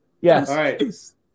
Yes